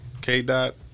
K-Dot